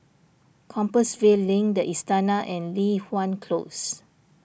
Compassvale Link the Istana and Li Hwan Close